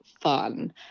fun